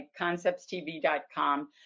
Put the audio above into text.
conceptstv.com